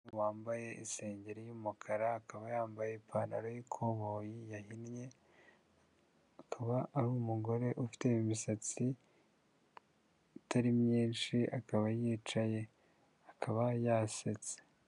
Umugore wambaye isengeri y'umukara, akaba yambaye ipantaro y'ikoboyi yahinnye, akaba ari umugore ufite imisatsi itari myinshi, akaba yicaye, akaba yasetse.